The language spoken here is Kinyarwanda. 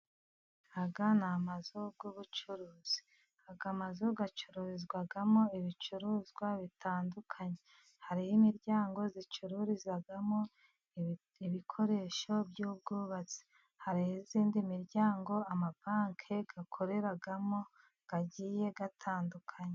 Aya ni amazu y'ubucuruzi aya mazu acururizwamo ibicuruzwa bitandukanye, hari ho imiryango icururizwamo ibikoresho by'ubwubatsi. Hariho indi miryango amabanki akoreramo agiye atandukanye.